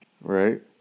right